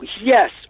yes